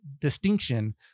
distinction